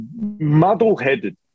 muddle-headed